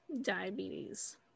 diabetes